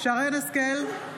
שרן מרים השכל,